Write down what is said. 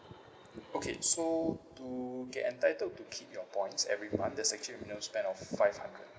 okay so to get entitled to keep your points every month there's actually minimum spend of five hundred